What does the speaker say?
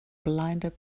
blinded